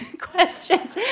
questions